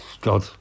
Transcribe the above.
God